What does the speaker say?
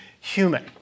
human